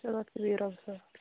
چلو اَدٕ کیاہ بِہِو رۄبس حوال